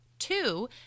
Two